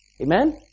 Amen